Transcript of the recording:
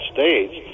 States